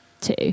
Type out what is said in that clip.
two